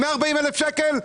140,000 שקל?